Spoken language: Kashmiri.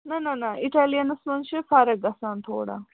نَہ نَہ نَہ اِٹیلِیَنَس منٛز چھِ فرق گژھان تھوڑا